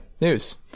news